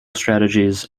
strategies